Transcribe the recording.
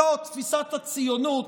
זאת תפיסת הציונות,